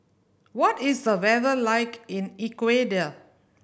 what is the weather like in Ecuador